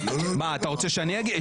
מה, אתה רוצה שאני אגיד?